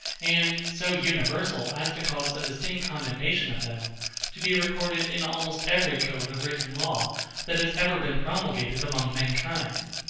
and so universal as to cause a distinct condemnation of them to be recorded in almost every code of written law that has ever been promulgated among mankind.